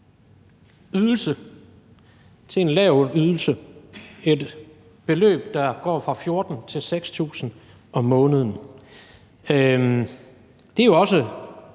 ydelse til en lav ydelse – det er et beløb, der går fra 14.000 kr. til 6.000 kr. om måneden. Det er jo også